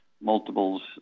multiples